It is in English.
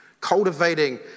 Cultivating